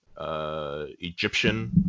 Egyptian